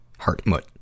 Hartmut